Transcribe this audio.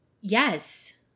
Yes